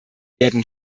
werden